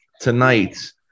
tonight